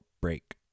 break